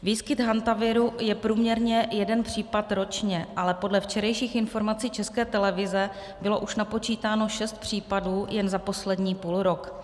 Výskyt hantaviru je průměrně jeden případ ročně, ale podle včerejších informací České televize bylo už napočítáno šest případů jen za poslední půlrok.